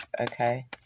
okay